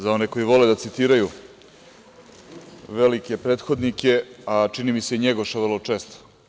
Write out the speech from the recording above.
Za one koji vole da citiraju velike prethodnike, a čini mi se i NJegoša vrlo često.